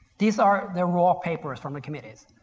these are the raw papers from the committees.